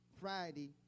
Friday